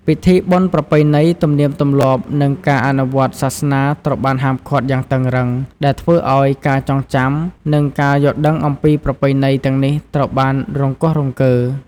ពិធីបុណ្យប្រពៃណី ទំនៀមទម្លាប់និងការអនុវត្តសាសនាត្រូវបានហាមឃាត់យ៉ាងតឹងរ៉ឹង ដែលធ្វើឱ្យការចងចាំ និងការយល់ដឹងអំពីប្រពៃណីទាំងនេះត្រូវបានរង្គោះរង្គើ។